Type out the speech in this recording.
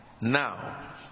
Now